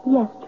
Yes